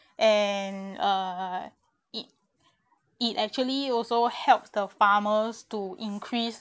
and err it it actually also helps the farmers to increase